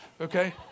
okay